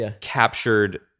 captured